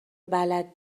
بلد